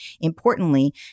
importantly